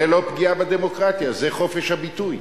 זה לא פגיעה בדמוקרטיה, זה חופש הביטוי.